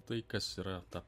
tai kas yra ta